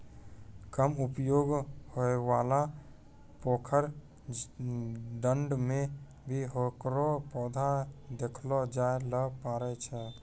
कम उपयोग होयवाला पोखर, डांड़ में भी हेकरो पौधा देखलो जाय ल पारै छो